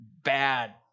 bad